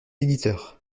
éditeur